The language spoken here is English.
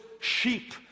sheep